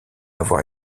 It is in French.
avoir